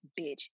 bitch